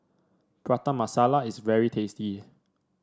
Prata Masala is very tasty